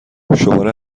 شماره